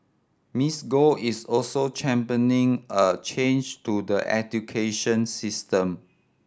Miss Go is also championing a change to the education system